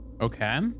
Okay